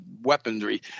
weaponry